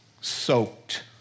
soaked